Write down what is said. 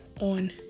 on